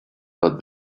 but